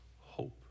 hope